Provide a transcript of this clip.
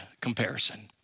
comparison